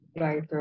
Right